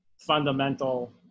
fundamental